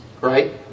Right